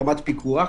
ברמת פיקוח.